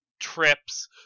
trips